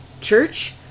church